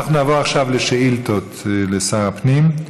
אנחנו נעבור עכשיו לשאילתות לשר הפנים.